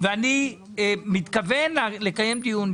ואני מתכוון לקיים דיון.